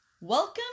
welcome